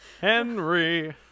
Henry